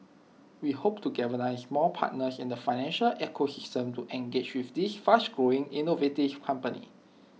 we hope to galvanise more partners in the financial ecosystem to engage with these fast growing innovative company